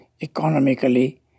economically